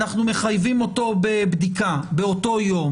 אנחנו מחייבים אותו בבדיקה באותו יום.